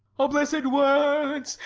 o blessed words!